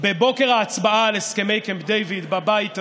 בבוקר ההצבעה על הסכמי קמפ דייוויד בבית הזה: